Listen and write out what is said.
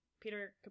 Peter